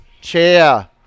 chair